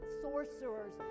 sorcerers